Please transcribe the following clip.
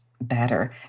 Better